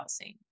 housing